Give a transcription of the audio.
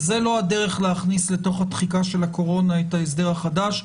זו לא הדרך להכניס לתוך התחיקה של הקורונה את ההסדר החדש.